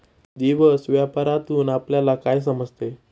दिवस व्यापारातून आपल्यला काय समजते